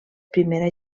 primera